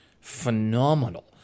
phenomenal